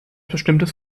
bestimmtes